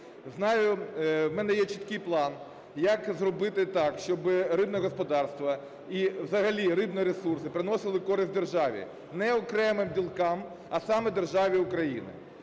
Знаю, в мене є чіткий план як зробити так, щоби рибне господарство і взагалі рибні ресурси приносили користь державі, не окремим ділкам, а саме державі Україна.